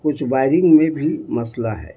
کچھ وائرنگ میں بھی مسئلہ ہے